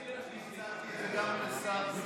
אני הצעתי את זה גם לשר המשפטים,